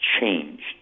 changed